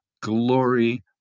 glory